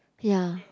ya